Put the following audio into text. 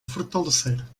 fortalecer